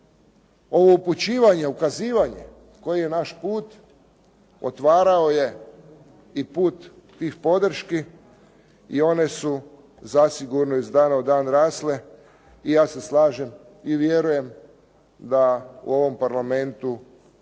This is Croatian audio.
ovo upućivanje, ukazivanje koji je naš put otvarao je i put tih podrški i one su zasigurno iz dana u dan rasle i ja se slažem i vjerujem da u ovom Parlamentu